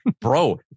bro